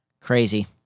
Crazy